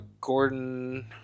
Gordon